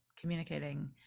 communicating